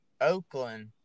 Oakland